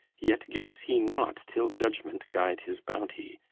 yet gives he not till judgment guide his bounty,